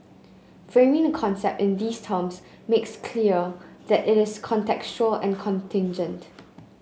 framing the concept in these terms makes clear that it is contextual and contingent